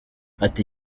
ati